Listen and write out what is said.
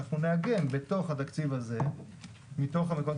נעגן בתוך התקציב הזה מתוך המקורות,